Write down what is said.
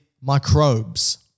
microbes